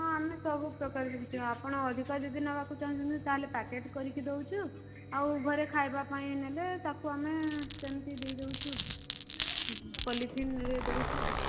ହଁ ଆମେ ସବୁ ପ୍ରକାର ଜିନିଷ ଆପଣ ଅଧିକା ଯଦି ନବାକୁ ଚାହୁଁଛନ୍ତି ତାହେଲେ ପ୍ୟାକେଟ କରିକି ଦଉଛୁ ଆଉ ଘରେ ଖାଇବା ପାଇଁ ନେଲେ ତାକୁ ଆମେ ସେମିତି ଦେଇ ଦଉଛୁ ପଲଥିନ ରେ ଦଉଛୁ